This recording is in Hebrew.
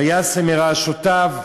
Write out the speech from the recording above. "וישם מראשֹתיו"